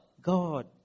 God